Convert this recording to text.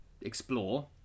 explore